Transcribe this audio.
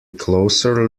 closer